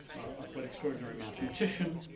a quite extraordinary mathematician.